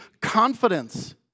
confidence